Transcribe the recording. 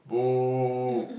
boo